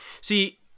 See